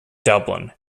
dublin